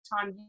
time